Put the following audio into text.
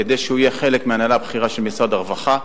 כדי שהוא יהיה חלק מההנהלה הבכירה של משרד הרווחה.